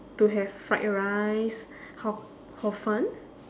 to have fried rice hor hor fun